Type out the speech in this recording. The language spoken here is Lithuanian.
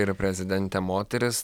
ir prezidentė moteris